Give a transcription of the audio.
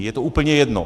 Je to úplně jedno.